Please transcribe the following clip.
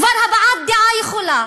כבר הבעת דעה יכולה